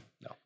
No